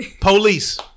Police